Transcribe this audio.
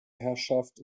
herrschaft